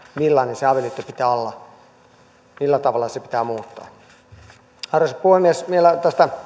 millainen sen avioliiton pitää olla millä tavalla se pitää muuttaa arvoisa puhemies vielä tästä on